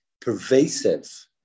pervasive